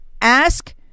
Ask